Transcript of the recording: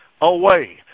away